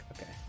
okay